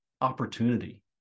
opportunity